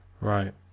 Right